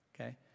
okay